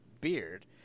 beard